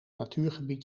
natuurgebied